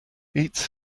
eats